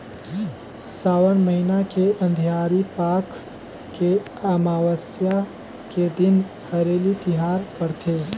सावन महिना के अंधियारी पाख के अमावस्या के दिन हरेली तिहार परथे